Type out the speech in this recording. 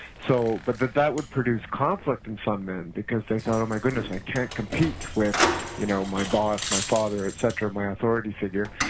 so but that that would produce conflict in some men, because thought, oh, my goodness, i can't compete with, you know, my boss, my father, et cetera, my authority figure,